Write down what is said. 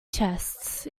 chests